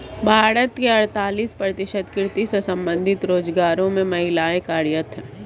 भारत के अड़तालीस प्रतिशत कृषि से संबंधित रोजगारों में महिलाएं ही कार्यरत हैं